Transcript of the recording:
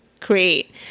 create